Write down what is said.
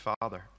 Father